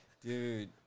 Dude